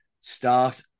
start